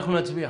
אנחנו נצביע.